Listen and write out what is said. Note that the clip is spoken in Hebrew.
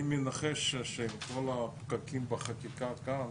אני מניח שעם כל הפקקים בחקיקה כאן